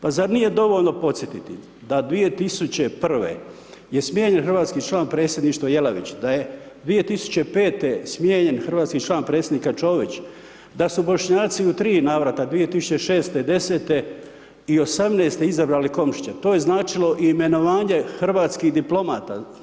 Pa zar nije dovoljno podsjetiti da 2001. je smijenjen hrvatski član Predsjedništva Jelavić, da ne 2005. smijenjen hrvatski član Predsjedništva Čović, da su Bošnjaci u tri navrata 2006. i 2010. i 2018. izabrali Komšića, to je značilo i imenovanje hrvatskih diplomata.